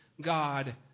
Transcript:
God